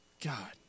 God